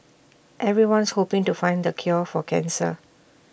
everyone's hoping to find the cure for cancer